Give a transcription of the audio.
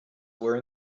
were